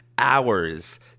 hours